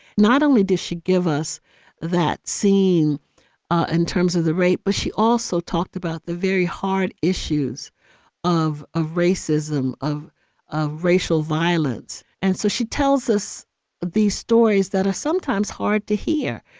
not only did she give us that scene in and terms of the rape, but she also talked about the very hard issues of of racism, of of racial violence. and so she tells us these stories that are sometimes hard to hear,